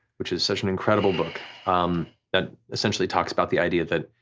which is such an incredible book that essentially talks about the idea that